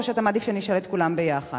או שאתה מעדיף שאני אשאל את כולן יחד?